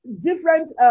different